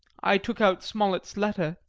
i took out smollet's letter,